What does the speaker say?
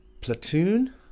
platoon